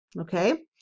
okay